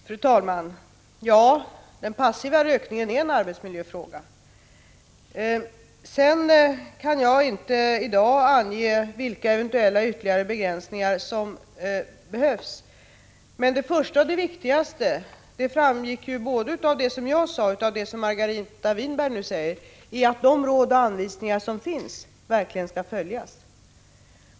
Fru talman! Den passiva rökningen är en arbetsmiljöfråga, men jag kan inte i dag ange vilka eventuella ytterligare begränsningar som behövs. Det första och viktigaste framgick av vad jag sade och av vad Margareta Winberg yttrade, nämligen att de råd och anvisningar som finns verkligen skall följas.